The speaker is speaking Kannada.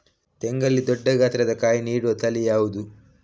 ತೆಂಗಲ್ಲಿ ದೊಡ್ಡ ಗಾತ್ರದ ಕಾಯಿ ನೀಡುವ ತಳಿ ಯಾವುದು?